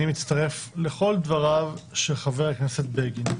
אני מצטרף לכל דבריו של חבר הכנסת בגין.